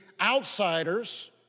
outsiders